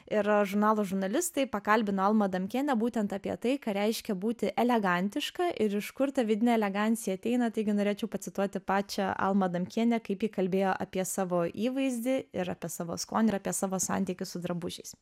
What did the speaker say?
ir žurnalo žurnalistai pakalbino almą adamkienę būtent apie tai ką reiškia būti elegantiška ir iš kur ta vidinė elegancija ateina taigi norėčiau pacituoti pačią almą adamkienę kaip ji kalbėjo apie savo įvaizdį ir apie savo skonį ir apie savo santykį su drabužiais